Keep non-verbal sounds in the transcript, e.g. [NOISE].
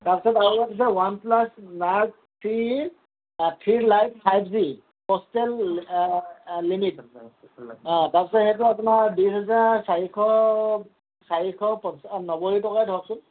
তাৰপিছত আৰু আছে one plus [UNINTELLIGIBLE] three three light five G [UNINTELLIGIBLE] limit তাৰপিছত সেইটো আপোনাৰ দুই হাজাৰ চাৰিশ চাৰিশ পঞ্চানব্বৈ টকাই ধৰকচোন